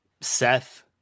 Seth